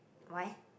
why